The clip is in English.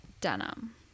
denim